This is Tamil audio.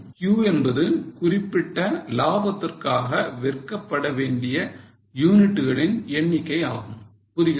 Q என்பது குறிப்பிட்ட லாபத்திற்காக விற்கப்படவேண்டிய யூனிட்டுகளின் எண்ணிக்கை ஆகும் புரியுதா